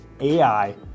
ai